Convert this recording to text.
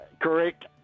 Correct